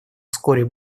вскоре